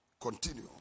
continue